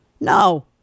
No